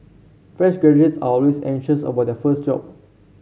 fresh graduates are always anxious about their first job